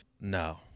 No